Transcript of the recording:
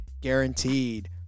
guaranteed